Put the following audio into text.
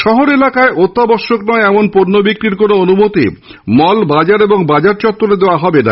শহর এলাকায় অত্যাবশ্যক নয় এমন পণ্য বিক্রির কোনো অনুমতি মল বাজার এবং বাজারচত্ত্বরে দেওয়া হবে না